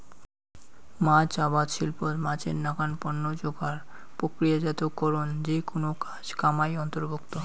মাছ আবাদ শিল্পত মাছের নাকান পণ্য যোগার, প্রক্রিয়াজাতকরণ যেকুনো কাজ কামাই অন্তর্ভুক্ত